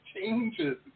changes